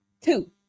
two